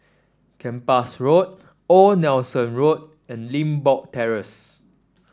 Kempas Road Old Nelson Road and Limbok Terrace